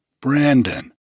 Brandon